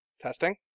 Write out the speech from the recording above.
Testing